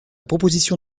proposition